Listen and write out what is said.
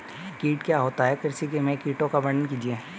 कीट क्या होता है कृषि में कीटों का वर्णन कीजिए?